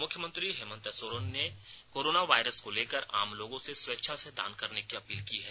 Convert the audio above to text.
मुख्यमंत्री हेमंत सोरेन ने corona virus को लेकर आम लोगों से स्वेच्छा से दान करने की अपील की है